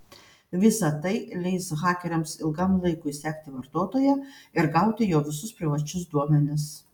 visa tai leis hakeriams ilgam laikui sekti vartotoją ir gauti jo visus privačius duomenis